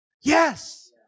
Yes